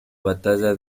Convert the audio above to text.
batalla